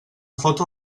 foto